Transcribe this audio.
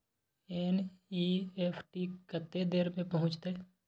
NEFT कत्ते देर में पहुंचतै?